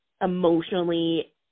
emotionally